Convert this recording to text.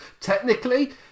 Technically